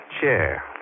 chair